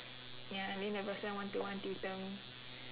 ya and then the person one to one tutor me